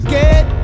get